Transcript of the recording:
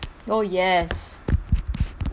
oh yes